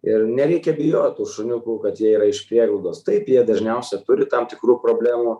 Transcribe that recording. ir nereikia bijot tų šuniukų kad jie yra iš prieglaudos taip jie dažniausia turi tam tikrų problemų